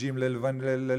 ג'ינג'ים ללבנים,